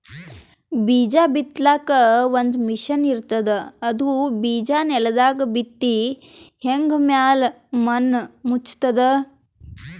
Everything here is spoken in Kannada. ಬೀಜಾ ಬಿತ್ತಲಾಕ್ ಒಂದ್ ಮಷಿನ್ ಇರ್ತದ್ ಅದು ಬಿಜಾ ನೆಲದಾಗ್ ಬಿತ್ತಿ ಹಂಗೆ ಮ್ಯಾಲ್ ಮಣ್ಣ್ ಮುಚ್ತದ್